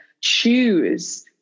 choose